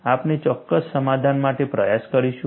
આપણે ચોક્કસ સમાધાન માટે પ્રયાસ કરીશું